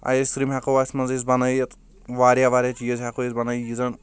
ice cream ہیٚکو اتھ منٛز أسۍ بنٲیتھ واریاہ واریاہ چیٖز ہیٚکو أسۍ بنٲیتھ یہِ زن